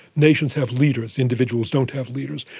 nations have leaders, individuals don't have leaders.